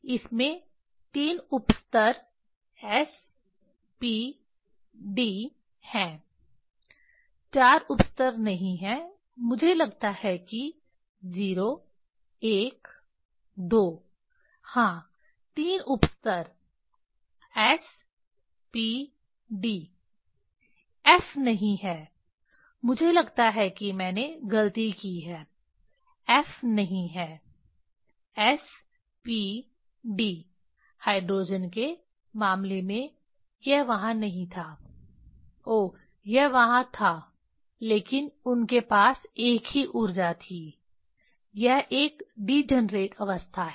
इसमें 3 उप स्तर s p d हैं 4 उप स्तर नहीं है मुझे लगता है कि 0 1 2 हाँ 3 उप स्तर s p d f नहीं है मुझे लगता है कि मैंने गलती की है f नहीं है s p d हाइड्रोजन के मामले में यह वहां नहीं था ओह यह वहां था लेकिन उनके पास एक ही ऊर्जा थी यह एक डिजनरेट अवस्था है